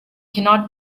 cannot